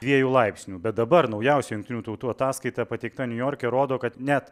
dviejų laipsnių bet dabar naujausia jungtinių tautų ataskaita pateikta niujorke rodo kad net